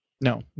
No